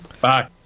Bye